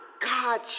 God